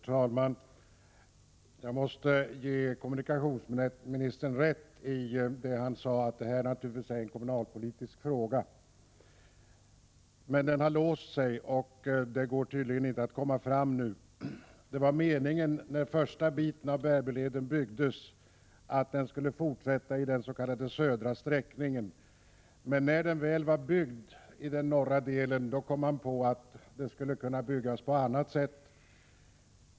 Herr talman! Jag måste medge att kommunikationsministern har rätt, när han säger att det här naturligtvis är en kommunalpolitisk fråga. Men nu har det låst sig. Tydligen är det inte möjligt att gå vidare just nu. När den första biten av Bärbyleden byggdes, var det meningen att vägen skulle fortsätta i den s.k. södra sträckningen. Men när den norra delen var klar, kom man på att det gick att bygga på ett annat sätt.